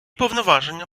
повноваження